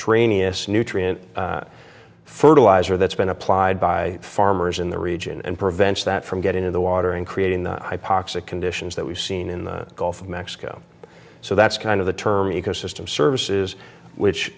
train yes nutrient fertilizer that's been applied by farmers in the region and prevents that from getting to the water and creating the hypoxic conditions that we've seen in the gulf of mexico so that's kind of the term ecosystem services which